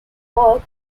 work